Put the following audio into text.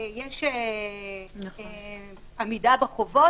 יש עמידה בחובות?